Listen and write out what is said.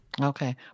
Okay